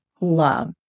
Love